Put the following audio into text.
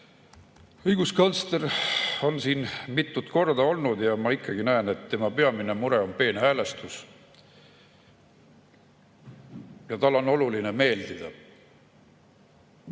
Õiguskantsler on siin mitu korda olnud ja ma ikka näen, et tema peamine mure on peenhäälestus. Ja talle on oluline meeldida.